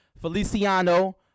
Feliciano